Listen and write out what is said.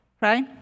right